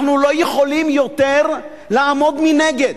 אנחנו לא יכולים יותר לעמוד מנגד.